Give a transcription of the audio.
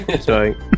Sorry